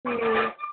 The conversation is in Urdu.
جی